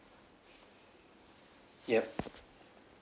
yup